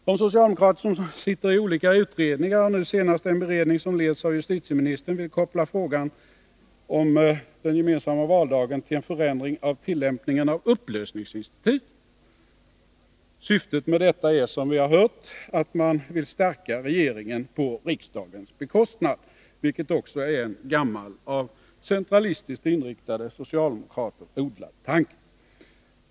De socialdemokrater som sitter i olika utredningar, nu senast en beredning som leds av justitieministern, vill koppla frågan om den gemensamma valdagen till en förändring av tillämpningen av upplösningsinstitutet. Syftet med detta är som vi har hört att man vill stärka regeringen på riksdagens bekostnad, vilket också är en gammal av centralistiskt inriktade socialdemokrater odlad tanke.